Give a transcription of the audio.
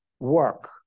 work